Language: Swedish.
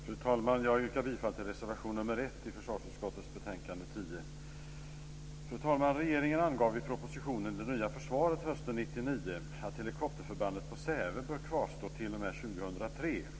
Fru talman! Jag yrkar bifall till reservation 1 i försvarsutskottets betänkande 10. Fru talman! Regeringen angav i propositionen Det nya försvaret hösten 1999 att helikopterförbandet på Säve bör kvarstå t.o.m. 2003.